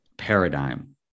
paradigm